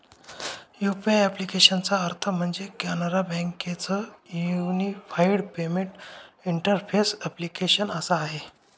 UPI ॲप्लिकेशनचा अर्थ म्हणजे, कॅनरा बँके च युनिफाईड पेमेंट इंटरफेस ॲप्लीकेशन असा आहे